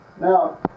now